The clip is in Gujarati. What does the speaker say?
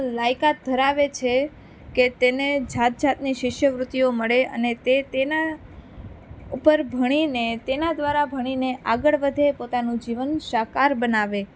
લાયકાત ધરાવે છે કે તેને જાત જાતની શિષ્યવૃતિઓ મળે અને તે તેના ઉપર ભણીને તેના દ્વારા ભણીને આગળ વધે પોતાનું જીવન સાકાર બનાવે